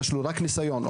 אלא רק ניסיון,